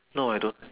no I don't